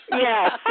Yes